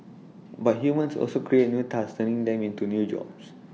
but humans also create new tasks turning them into new jobs